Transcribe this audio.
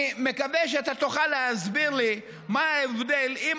אני מקווה שאתה תוכל להסביר לי מה ההבדל: אם